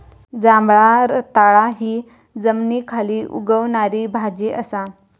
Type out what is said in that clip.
जांभळा रताळा हि जमनीखाली उगवणारी भाजी असा